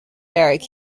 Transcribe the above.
derek